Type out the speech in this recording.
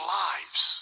lives